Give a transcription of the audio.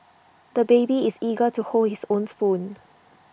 the baby is eager to hold his own spoon